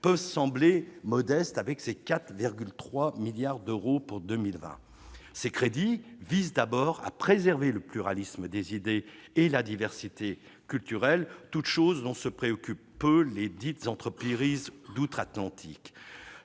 peuvent sembler modestes avec leurs 4,3 milliards d'euros pour 2020. Ces crédits visent d'abord à préserver le pluralisme des idées et la diversité culturelle dont se préoccupent peu les entreprises d'outre-Atlantique